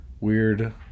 weird